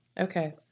Okay